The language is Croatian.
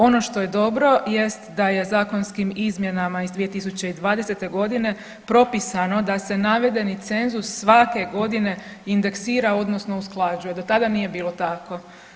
Ono što je dobro, jest da je zakonskim izmjenama iz 2020. godine propisano da se navedeni cenzus svake godine indeksira, odnosno usklađuje, do tada nije bilo tako.